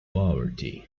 poverty